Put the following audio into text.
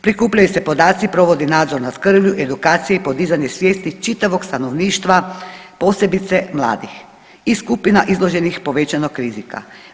Prikupljaju se podaci, provodi nadzor nad krvlju, edukacije i podizanje svijesti čitavog stanovništva posebice mladih i skupina izloženih povećanog rizika.